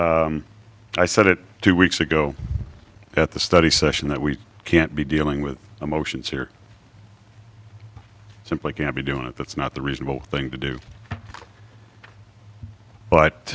i said it two weeks ago at the study session that we can't be dealing with emotions here simply can't be doing if it's not the reasonable thing to do but